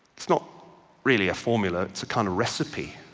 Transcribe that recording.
it's not really a formula, it's a kind of recipe,